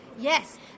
Yes